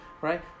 right